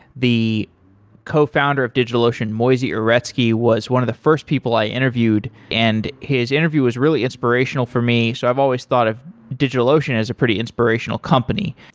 the cofounder of digitalocean, moisey uretsky, was one of the first people i interviewed, and his interview was really inspirational for me. so i've always thought of digitalocean as a pretty inspirational company.